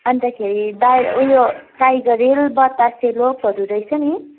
अन्तखेरि दाई उयो टाइगर हिल बतासे लुपहरू रहेछ नि